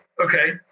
Okay